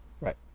right